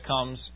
comes